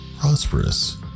prosperous